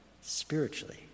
spiritually